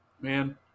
man